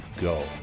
go